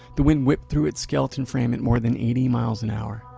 the wind whipped through its skeleton frame at more than eighty miles an hour.